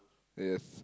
yes